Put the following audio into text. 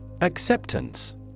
Acceptance